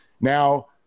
Now